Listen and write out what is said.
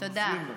אתם מפריעים לה.